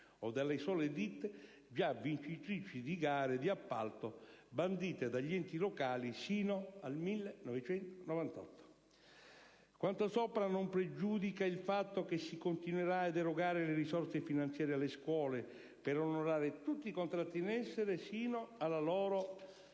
od alle sole ditte già vincitrici di gare di appalto bandite dagli enti locali sino al 1998. Quanto sopra non pregiudica il fatto che si continuerà ad erogare le risorse finanziarie alle scuole per onorare tutti i contratti in essere, sino alla loro